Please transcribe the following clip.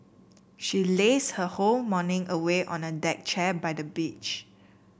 she lazed her whole morning away on a deck chair by the beach